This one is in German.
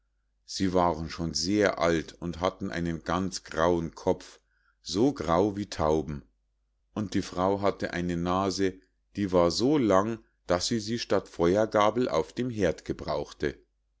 sie waren schon sehr alt und hatten einen ganz grauen kopf so grau wie tauben und die frau hatte eine nase die war so lang daß sie sie statt feuergabel auf dem herd gebrauchte